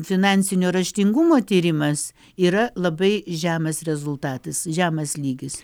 finansinio raštingumo tyrimas yra labai žemas rezultatas žemas lygis